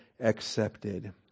accepted